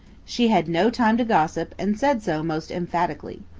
she had no time to gossip and said so most emphatically.